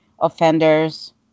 offenders